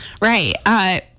Right